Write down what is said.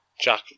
Jack